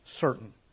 certain